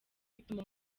bituma